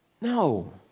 No